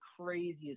craziest